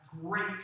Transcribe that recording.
great